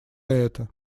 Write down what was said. это